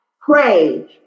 pray